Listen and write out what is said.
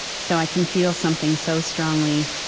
so i can feel something so strongly.